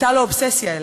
הייתה לו אובססיה אלי,